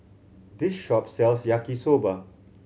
this shop sells Yaki Soba